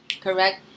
correct